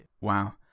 Wow